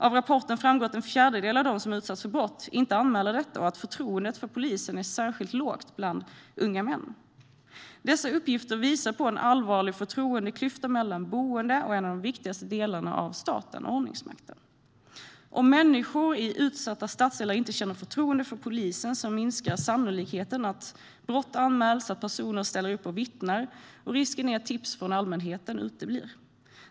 Av rapporten framgår att en fjärdedel av dem som utsatts för brott inte anmäler detta och att förtroendet för polisen är särskilt lågt bland unga män. Dessa uppgifter visar på en allvarlig förtroendeklyfta mellan boende och en av de viktigaste delarna av staten - ordningsmakten. Om människor i utsatta stadsdelar inte känner förtroende för polisen minskar sannolikheten att brott anmäls och att personer ställer upp och vittnar, och risken är att tipsen från allmänheten uteblir.